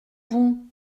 vous